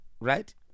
Right